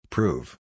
Prove